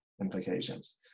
implications